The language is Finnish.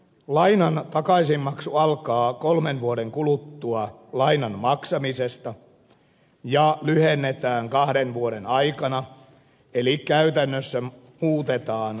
lainan takaisinmaksu alkaa kolmen vuoden kuluttua lainan maksamisesta ja lyhennetään kahden vuoden aikana eli käytännössä muutetaan markkinaehtoiseksi lainaksi